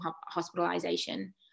hospitalization